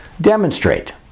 demonstrate